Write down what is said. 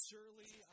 Surely